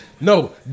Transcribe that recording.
No